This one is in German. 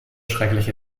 schrecklich